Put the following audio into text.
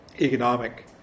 economic